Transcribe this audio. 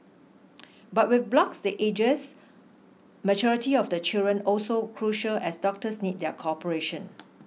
but with blocks the ages maturity of the children also crucial as doctors need their cooperation